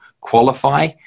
qualify